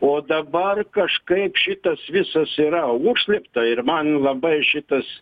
o dabar kažkaip šitas visas yra užslėpta ir man labai šitas